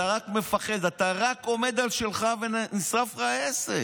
אתה רק מפחד, אתה רק עומד על שלך, ונשרף לך העסק.